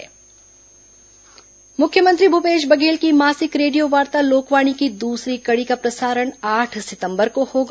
लोकवाणी मुख्यमंत्री भूपेश बघेल की मासिक रेडियो वार्ता लोकवाणी की दूसरी कड़ी का प्रसारण आठ सितंबर को होगा